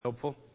helpful